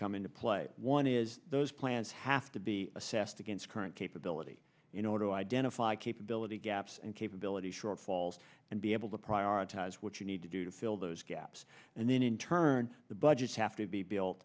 come into play one is those plans have to be assessed against current capability you know to identify capability gaps and capability shortfalls and be able to prioritize what you need to do to fill those gaps and then in turn the budgets have to be built